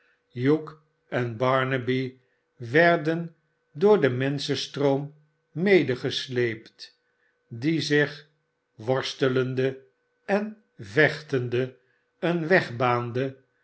hugh en barnaby werden door den menschenstroom medegesleept die zich worstelende en vechtende een weg baande